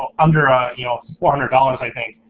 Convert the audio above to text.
ah under ah you know four hundred dollars i think,